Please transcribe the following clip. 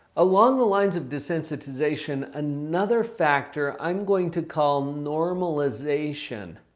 along the lines of desensitization, another factor, i'm going to call normalization.